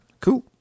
Cool